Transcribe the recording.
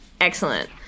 Excellent